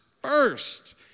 First